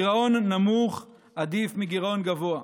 גירעון נמוך עדיף מגירעון גבוה,